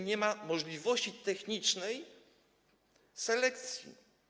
Nie ma możliwości technicznej selekcji.